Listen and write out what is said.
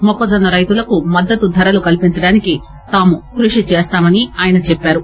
మొక్కజొన్న రైతులకు మద్దతు ధరలు కల్పించడానికి తాము కృషి చేస్తామని ఆయన చెప్పారు